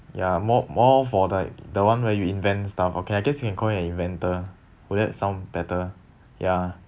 ya more more for like the one where you invent stuff okay I guess you can call it an inventor would that sound better ya